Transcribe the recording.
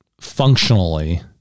functionally